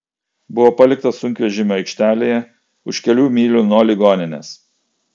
buvo paliktas sunkvežimių aikštelėje už kelių mylių nuo ligoninės